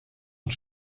und